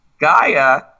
Gaia